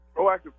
Proactive